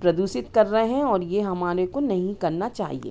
प्रदूषित कर रहे हैं और ये हमारे को नहीं करना चाहिए